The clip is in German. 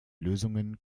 lösungen